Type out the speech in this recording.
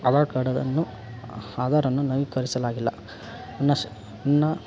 ಆಧಾರ್ ಕಾರ್ಡನ್ನು ಆದಾರನ್ನು ನವೀಕರಿಸಲಾಗಿಲ್ಲ ನನ್ನ ಶ ನನ್ನ